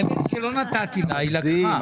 האמת שלא נתתי לה, היא לקחה.